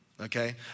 Okay